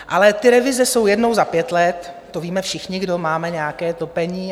Ale ty revize jsou jednou za pět let, to víme všichni, kdo máme nějaké topení.